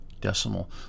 decimal